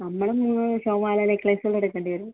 നമ്മൾ മൂന്ന് ഷോ മാല നെക്ലേസുകൾ എടുക്കേണ്ടി വരും